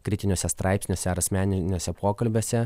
kritiniuose straipsniuose ar asmeniniuose pokalbiuose